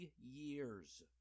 years